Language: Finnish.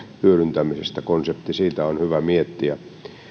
hyödyntämisestä konsepti siitä on hyvä miettiä